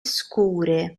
scure